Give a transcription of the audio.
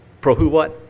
Pro-who-what